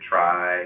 Try